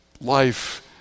life